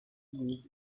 used